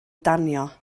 danio